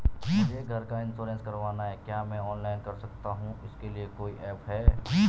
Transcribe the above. मुझे घर का इन्श्योरेंस करवाना है क्या मैं ऑनलाइन कर सकता हूँ इसके लिए कोई ऐप है?